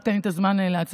רק תן לי את הזמן להצביע.